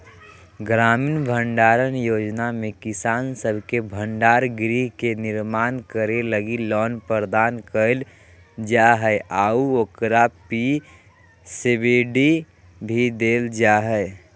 ग्रामीण भंडारण योजना में किसान सब के भंडार गृह के निर्माण करे लगी लोन प्रदान कईल जा हइ आऊ ओकरा पे सब्सिडी भी देवल जा हइ